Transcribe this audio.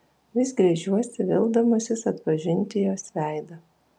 vis gręžiuosi vildamasis atpažinti jos veidą